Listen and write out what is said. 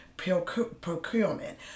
procurement